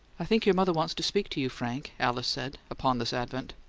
i think your mother wants to speak to you, frank, alice said, upon this advent.